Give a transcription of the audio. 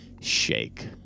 shake